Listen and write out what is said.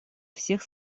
всех